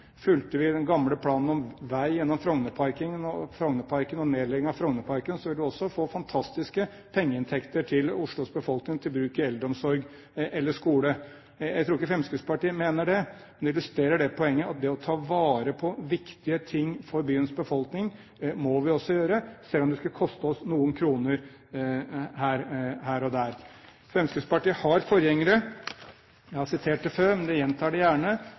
Fulgte vi den gamle planen om vei gjennom Frognerparken og nedlegging av Frognerparken, ville vi også få fantastiske pengeinntekter til Oslos befolkning til bruk i eldreomsorg eller skole. Jeg tror ikke Fremskrittspartiet mener det, men det illustrerer poenget at vi også må ta vare på viktige ting for byens befolkning, selv om det skulle koste oss noen kroner her og der. Fremskrittspartiet har forgjengere. Jeg har sitert dette før, men gjentar det gjerne: